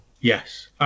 Yes